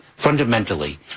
Fundamentally